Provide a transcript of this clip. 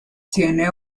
tiene